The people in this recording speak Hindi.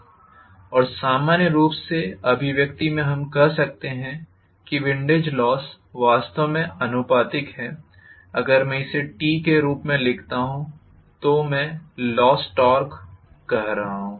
और सामान्य रूप से अभिव्यक्ति में हम कह सकते हैं विंडेज लोस वास्तव में आनुपातिक है अगर मैं इसे T के रूप में लिखता हूं तो मैं लॉस टॉर्क कह रहा हूं